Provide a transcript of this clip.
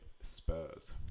Spurs